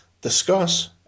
discuss